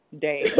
day